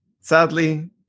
sadly